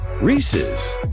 Reese's